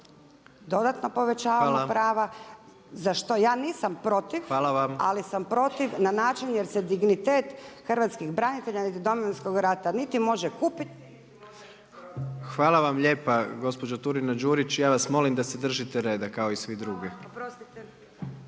dodatno povećavamo prava za što ja nisam protiv, ali sam protiv na način jer se dignitet hrvatskih branitelja niti Domovinskog rata niti može kupit …/Govornik nije uključen./… **Jandroković, Gordan (HDZ)** Hvala vam lijepo gospođo Turina-Đurić, ja vas molim da se držite reda kao i svi drugi.